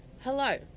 Hello